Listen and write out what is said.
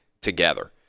together